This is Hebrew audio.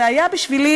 וזה היה בשבילי,